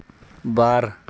ᱵᱟᱨ